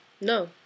no